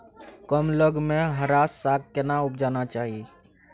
कम लग में हरा साग केना उपजाना चाही?